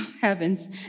Heavens